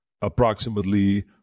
Approximately